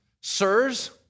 Sirs